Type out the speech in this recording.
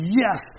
yes